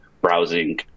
browsing